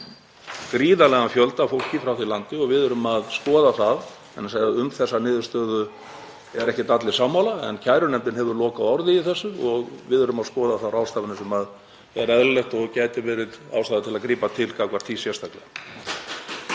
gríðarlegan fjölda fólks frá því landi og við erum að skoða það. Um þessa niðurstöðu eru ekkert allir sammála en kærunefndin hefur lokaorðið í þessu og við erum að skoða þær ráðstafanir sem eru eðlilegar og gæti verið ástæða til að grípa til gagnvart því sérstaklega.